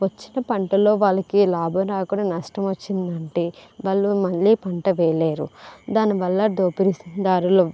వచ్చిన పంటలో వాళ్ళకి లాభం రాకుండా నష్టం వచ్చిందంటే వాళ్ళు మళ్ళీ పంట వేయలేరు దానివల్ల దోపిడి స్థితి దారులు